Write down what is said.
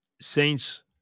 Saints